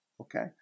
Okay